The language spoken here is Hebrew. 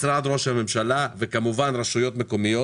משרד ראש הממשלה וכמובן רשויות מקומיות